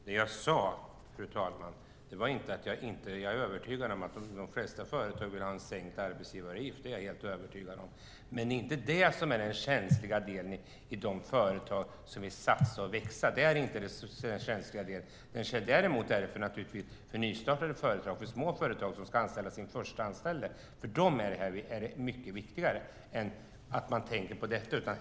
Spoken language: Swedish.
Fru talman! Det jag sade var inte att jag inte är övertygad om att de flesta företag vill ha en sänkt arbetsgivaravgift - det är jag helt övertygad om. Men det är inte det som är den känsliga delen för de företag som vill satsa och växa. Däremot är det naturligtvis till nytta för små företag som ska anställa sin förste anställde. För dem är det mycket viktigare att man tänker på detta.